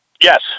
Yes